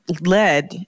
led